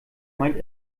meint